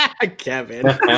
Kevin